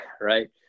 right